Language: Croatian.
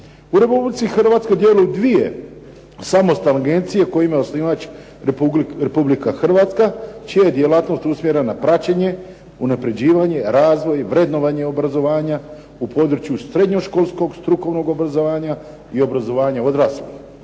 U Republici Hrvatskoj djeluju dvije samostalne agencije kojima je osnivač Republika Hrvatska čija je djelatnost usmjerena na praćenje, unapređivanje, razvoj, vrednovanje obrazovanja u području srednjoškolskog strukovnog obrazovanja i obrazovanja odraslih.